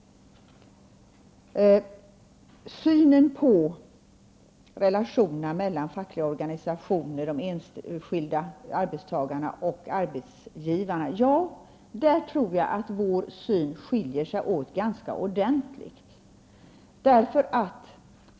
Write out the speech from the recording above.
När det gäller synen på relationerna mellan fackliga organisationer, de enskilda arbetstagarna och arbetsgivararna tror jag att vi skiljer oss åt ganska ordentligt.